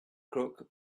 crook